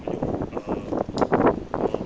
有 uh orh